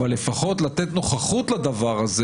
אבל אני חושב שזה מאוד חשוב שניתן לפחות נוכחות לדבר הזה,